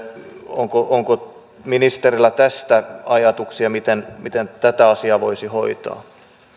onko ministerillä tästä ajatuksia miten miten tätä asiaa voisi hoitaa